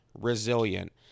resilient